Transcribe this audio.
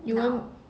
you mean